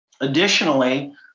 Additionally